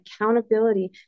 accountability